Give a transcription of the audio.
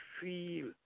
feel